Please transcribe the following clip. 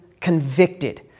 convicted